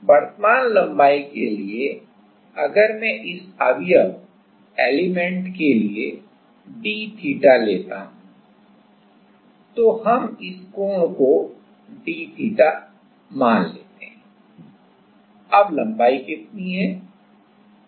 वर्तमान लंबाई के लिए अगर मैं इस अवयव के लिए d थीटा लेता हूं तो हम इस कोण को d थीटा मान लेते हैं तो लंबाई कितनी है